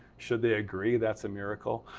should they agree, that's a miracle.